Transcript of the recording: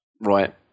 Right